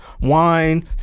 wine